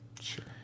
Sure